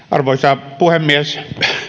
arvoisa puhemies